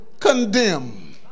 condemn